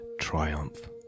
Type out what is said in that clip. triumph